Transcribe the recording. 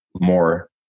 more